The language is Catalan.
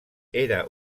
era